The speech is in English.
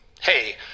Hey